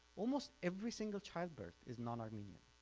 almost every single childbirth is non-armenia.